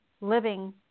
living